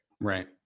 right